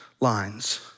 lines